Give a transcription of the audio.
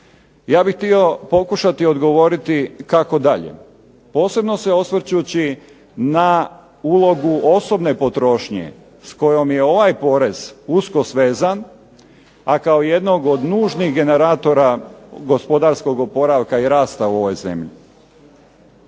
ja bih htio pokušati odgovoriti kako dalje. Posebno se osvrćući na ulogu osobne potrošnje, s kojom je ovaj porez usko svezan, a kao jednog od nužnih generatora gospodarskog oporavka i rasta u ovoj zemlji.